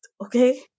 okay